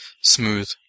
smooth